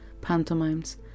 pantomimes